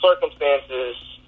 circumstances